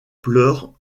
pleurs